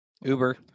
Uber